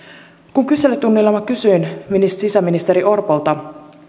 kun kyselytunnilla kysyin sisäministeri orpolta